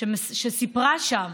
שסיפרה שם